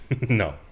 no